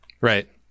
right